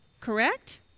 correct